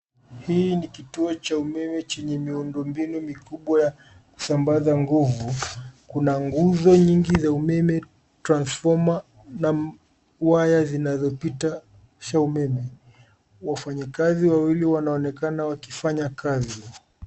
Hii ni kituo cha umeme chenye miundombinu mikubwa ya kusambaza nguvu. Kuna nguvu nyingi za umeme, transfoma na waya zinazopitisha umeme. Wafanyakazi wawili wanaonekana wakifanya kazi.